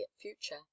future